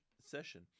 session